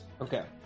Okay